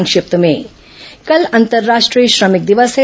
संक्षिप्त समाचार कल अंतर्राष्ट्रीय श्रमिक दिवस है